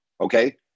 okay